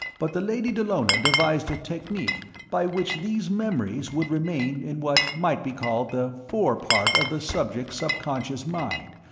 but the lady dallona devised a technique by which these memories would remain in what might be called the fore part of the subject's subconscious mind,